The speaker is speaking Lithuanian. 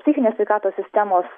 psichinės sveikatos sistemos